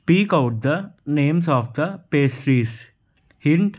speak out the names of the pastries ఇంట్